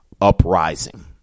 uprising